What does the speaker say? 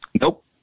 nope